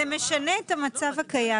זה משנה את המצב הקיים.